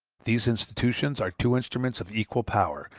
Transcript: these institutions are two instruments of equal power,